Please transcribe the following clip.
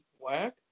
black